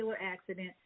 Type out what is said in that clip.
accident